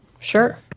sure